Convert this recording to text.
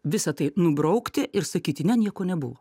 visa tai nubraukti ir sakyti ne nieko nebuvo